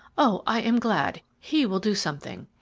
o i am glad he will do something.